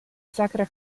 sacra